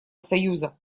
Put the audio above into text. союза